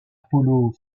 polo